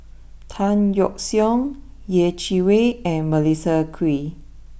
Tan Yeok Seong Yeh Chi Wei and Melissa Kwee